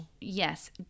yes